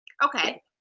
Okay